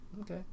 okay